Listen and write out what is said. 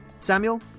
Samuel